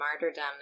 martyrdom